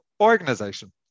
organization